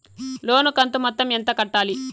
లోను కంతు మొత్తం ఎంత కట్టాలి?